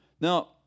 Now